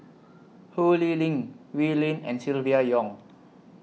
Ho Lee Ling Wee Lin and Silvia Yong